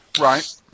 Right